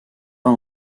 pas